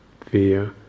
fear